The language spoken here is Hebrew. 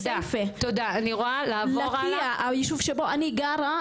לקיה - הישוב שבו אני גרה,